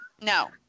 No